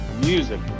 music